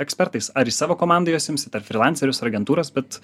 ekspertais ar į savo komandą juos imsit ar frilancerius ar agentūras bet